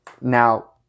Now